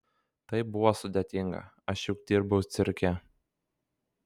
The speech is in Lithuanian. tai buvo sudėtinga aš juk dirbau cirke